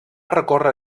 recórrer